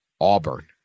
Auburn